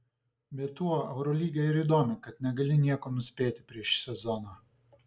bet tuo eurolyga ir įdomi kad negali nieko nuspėti prieš sezoną